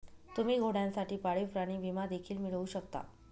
तुम्ही घोड्यांसाठी पाळीव प्राणी विमा देखील मिळवू शकता